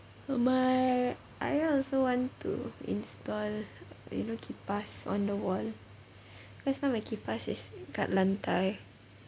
but I also want to install you know kipas on the wall cause my kipas now is kat lantai